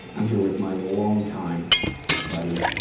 i'm here with my longtime buddy,